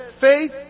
Faith